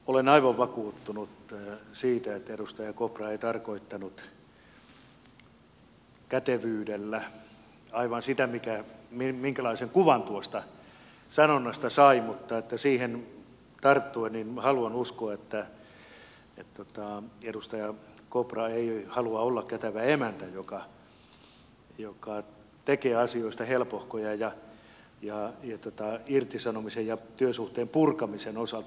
olen aivan vakuuttunut siitä että edustaja kopra ei tarkoittanut kätevyydellä aivan sitä minkälaisen kuvan tuosta sanonnasta sai mutta siihen tarttuen minä haluan uskoa että edustaja kopra ei halua olla kätevä emäntä joka tekee asioista helpohkoja irtisanomisen ja työsuhteen purkamisen osalta